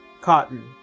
Cotton